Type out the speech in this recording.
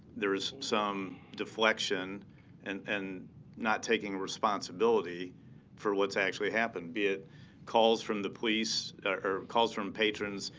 there is some deflection and and not taking responsibility for what's actually happened, be it calls from the police, or calls from patrons,